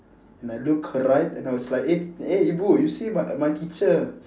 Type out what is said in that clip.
and I look right and I was like eh eh ibu you see my my teacher